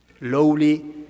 lowly